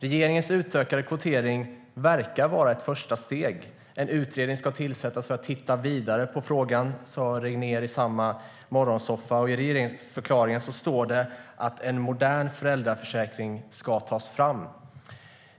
Regeringens utökade kvotering verkar vara ett första steg. En utredning ska tillsättas för att titta vidare på frågan, det sa Regnér i morgonsoffan, och i regeringsförklaringen står det att en modern föräldraförsäkring ska tas fram.